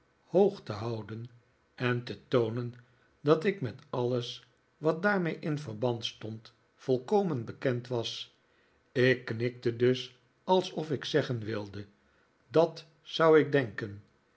hoog te houden en te toonen dat ik met alles wat daarmee in verband stond volkomen bekend was ik knikte dus alsof ik zeggen wilde dat zou ik denken